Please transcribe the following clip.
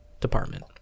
department